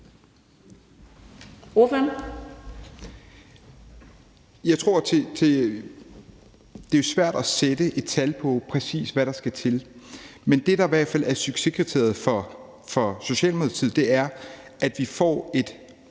det er svært at sætte et tal på, præcis hvad der skal til. Men det, der i hvert fald er succeskriteriet for Socialdemokratiet, er, at vi får skabt